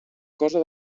cosa